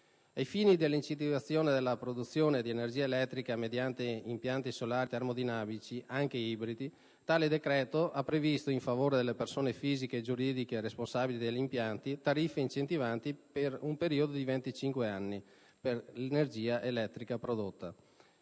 ai fini dell'incentivazione della produzione di energia elettrica mediante impianti solari termodinamici, anche ibridi, tale decreto ha previsto, in favore delle persone fisiche e giuridiche responsabili degli impianti, tariffe incentivanti per un periodo di 25 anni per l'energia elettrica prodotta;